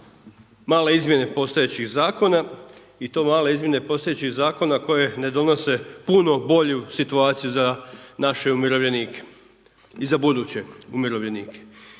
mala izmjena postojećih zakona i to male izmjene postojećih zakona koje ne donose puno bolju situaciju za naš umirovljenike i za buduće umirovljenike